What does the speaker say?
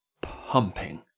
pumping